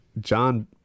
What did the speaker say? John